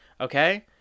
Okay